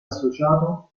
associato